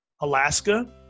Alaska